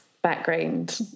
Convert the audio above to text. Background